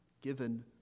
given